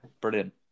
brilliant